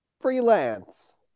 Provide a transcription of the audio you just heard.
freelance